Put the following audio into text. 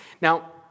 Now